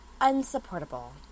unsupportable